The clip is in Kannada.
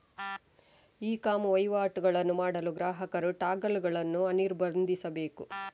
ಇ ಕಾಮ್ ವಹಿವಾಟುಗಳನ್ನು ಮಾಡಲು ಗ್ರಾಹಕರು ಟಾಗಲ್ ಗಳನ್ನು ಅನಿರ್ಬಂಧಿಸಬೇಕು